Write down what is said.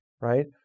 right